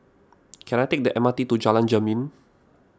can I take the M R T to Jalan Jermin